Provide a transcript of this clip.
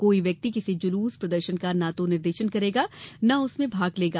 कोई व्यक्ति किसी जुलूस प्रदर्शन का न तो निर्देशन करेगा और न उसमें भाग लेगा